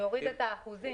היא תוריד את האחוזים.